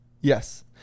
Yes